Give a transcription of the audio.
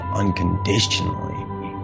unconditionally